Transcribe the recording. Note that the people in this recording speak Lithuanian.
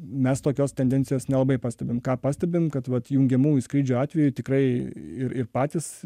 mes tokios tendencijos nelabai pastebim ką pastebim kad vat jungiamųjų skrydžių atveju tikrai ir ir patys